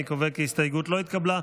אני קובע כי ההסתייגות לא התקבלה.